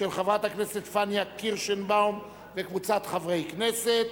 של חברת הכנסת פניה קירשנבאום וקבוצת חברי הכנסת.